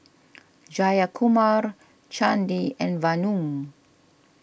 Jayakumar Chandi and Vanu